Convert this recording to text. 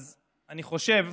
אז אני חושב,